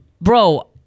bro